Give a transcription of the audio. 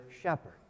shepherd